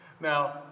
Now